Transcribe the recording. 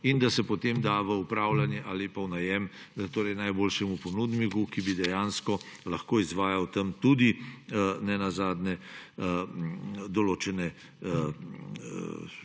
in da se potem da v upravljanje ali pa v najem najboljšemu ponudniku, ki bi dejansko lahko izvajal tam tudi ne nazadnje določene dejavnosti,